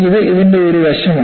ഇത് ഇതിന്റെ ഒരു വശമാണ്